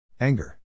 Anger